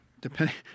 Depending